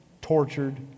tortured